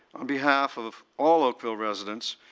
on behalf of all oakville residents,